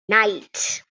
night